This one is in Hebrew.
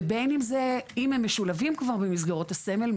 אם הם משולבים כבר במסגרות הסמל,